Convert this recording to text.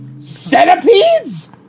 Centipedes